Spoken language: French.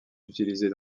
utilisée